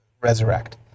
resurrect